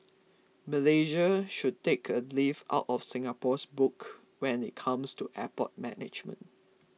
Malaysia should take a leaf out of Singapore's book when it comes to airport management